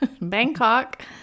bangkok